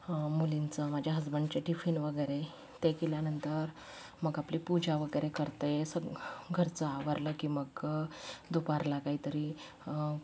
मुलींचं माझ्या हजबंडचे टिफिन वगैरे ते केल्यानंतर मग आपले पूजा वगैरे करते स घरचं आवरलं की मग दुपारला काहीतरी